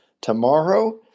tomorrow